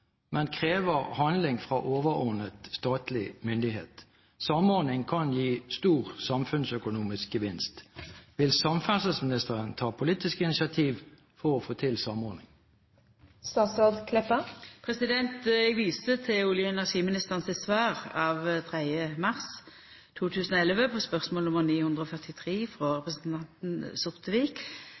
men krever handling fra overordnet statlig myndighet. Samordning kan gi stor samfunnsøkonomisk gevinst. Vil statsråden ta politiske initiativ for å få til samordning?» Eg viser til olje- og energiministeren sitt svar av 3. mars 2011 på spørsmål nr. 943 frå representanten